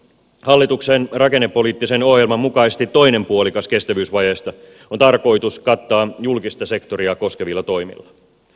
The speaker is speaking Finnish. hallituksen rakennepoliittisen ohjelman mukaisesti toinen puolikas kestävyysvajeesta on tarkoitus kattaa julkista sektoria koskevilla toimilla